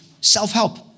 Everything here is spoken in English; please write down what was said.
Self-help